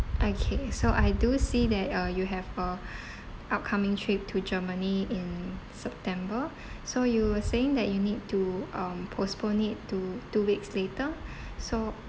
okay so I do see that uh you have a upcoming trip to germany in september so you were saying that you need to um postpone it to two weeks later so